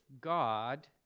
God